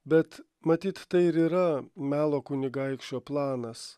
bet matyt tai ir yra melo kunigaikščio planas